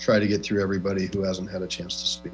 try to get through everybody who hasn't had a chance